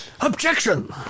Objection